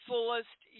fullest